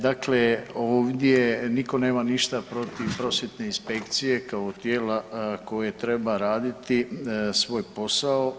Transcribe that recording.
Dakle, ovdje nitko nema ništa protiv prosvjetne inspekcije kao tijela koje treba raditi svoj posao.